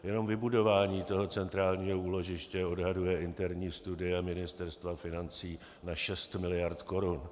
Jenom vybudování centrálního úložiště odhaduje interní studie Ministerstva financí na šest miliard korun.